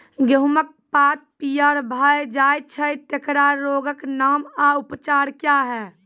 गेहूँमक पात पीअर भअ जायत छै, तेकरा रोगऽक नाम आ उपचार क्या है?